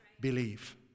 believe